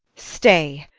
stay,